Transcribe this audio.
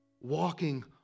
walking